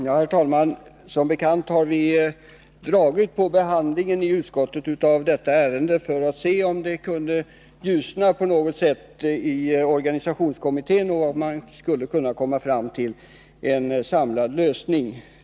Herr talman! Som bekant har vi dragit ut på behandlingen av detta ärende i utskottet för att se om bilden skulle ljusna i organisationskommittén och om den skulle kunna komma fram till en samlad lösning.